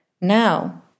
Now